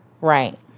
Right